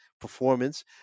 performance